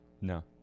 No